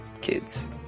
kids